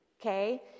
okay